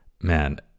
man